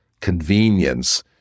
convenience